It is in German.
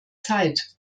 zeit